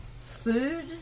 food